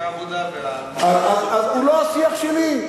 ממפלגת העבודה, אז הוא לא השיח שלי.